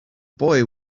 boy